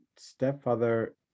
stepfather